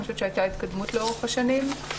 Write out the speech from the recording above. אני חושבת שהייתה התקדמות לאורך השנים,